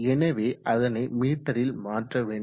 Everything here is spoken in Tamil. எனவே அதனை மீட்டரில் மாற்ற வேண்டும்